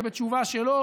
ובתשובה שלו